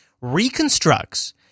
reconstructs